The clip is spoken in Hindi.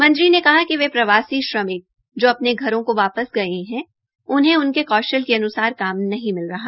मंत्री ने कहा कि वे प्रवासी श्रमिक जो अपने घरों को वापस गये है उन्हें उनके कौशल के अनुसार काम नहीं मिल रहा